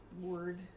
word